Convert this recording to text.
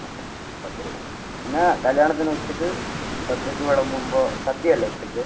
okay പത്ത് kilo പിന്നെ കല്യാണത്തിന് ഉച്ചയ്ക്ക് സദ്യക്ക് വിളമ്പുമ്പോൾ സദ്യയല്ലേ ഉച്ചയ്ക്ക്